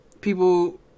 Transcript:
people